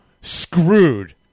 screwed